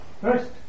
First